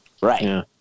Right